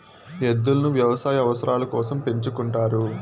ఎద్దులను వ్యవసాయ అవసరాల కోసం పెంచుకుంటారు